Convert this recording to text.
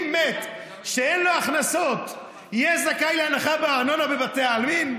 האם מת שאין לו הכנסות יהיה זכאי להנחה בארנונה בבתי העלמין?